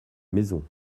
maison